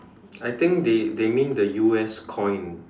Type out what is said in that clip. I think they they mean the U_S coin